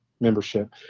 membership